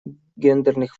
гендерных